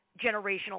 generational